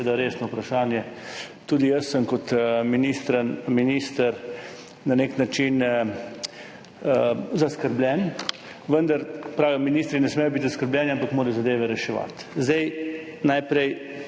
resno vprašanje. Tudi jaz sem kot minister na nek način zaskrbljen, vendar pravim, ministri ne smejo biti zaskrbljeni, ampak morajo zadeve reševati. Najprej